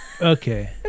Okay